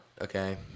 Okay